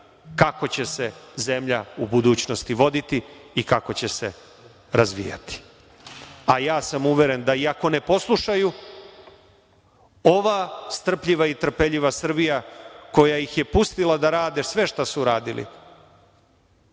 kako će se zemlja u budućnosti voditi i kako će se razvijati. Uveren sam da iako ne poslušaju, ova strpljiva i trpeljiva Srbija koja ih je pustila da rade sve šta su radili